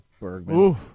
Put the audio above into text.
Bergman